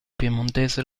piemontese